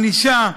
ענישה,